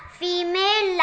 female